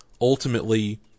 ultimately